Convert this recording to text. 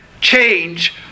change